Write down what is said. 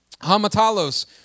hamatalos